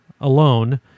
alone